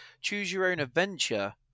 choose-your-own-adventure